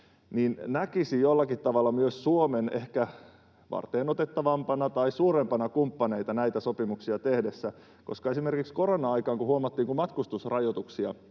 se näkisi jollakin tavalla myös Suomen ehkä varteenotettavampana tai suurempana kumppanina näitä sopimuksia tehtäessä. Esimerkiksi korona-aikaan huomattiin, kun matkustusrajoituksia